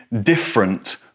different